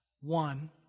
One